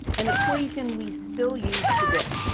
an equation we still use today.